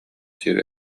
сир